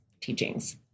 teachings